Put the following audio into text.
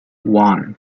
one